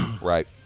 Right